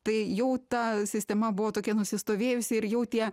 tai jau ta sistema buvo tokia nusistovėjusi ir jau tie